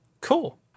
Cool